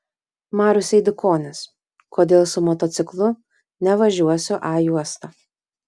marius eidukonis kodėl su motociklu nevažiuosiu a juosta